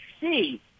see